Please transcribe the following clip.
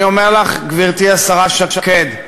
אני אומר לך, גברתי, השרה שקד,